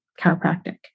chiropractic